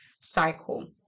cycle